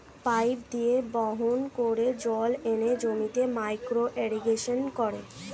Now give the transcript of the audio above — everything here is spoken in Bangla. পাইপ দিয়ে বাহন করে জল এনে জমিতে মাইক্রো ইরিগেশন করে